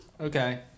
Okay